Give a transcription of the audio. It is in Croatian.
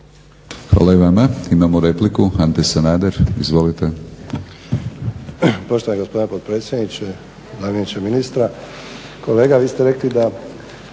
Hvala i vama. Imamo repliku, Ante Sanader. Izvolite.